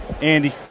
Andy